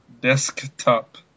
Desktop